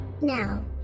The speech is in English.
Now